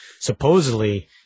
supposedly